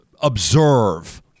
observe